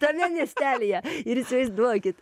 tame miestelyje ir įsivaizduokit